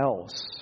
else